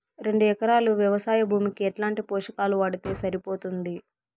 రెండు ఎకరాలు వ్వవసాయ భూమికి ఎట్లాంటి పోషకాలు వాడితే సరిపోతుంది?